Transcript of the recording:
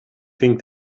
think